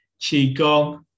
Qigong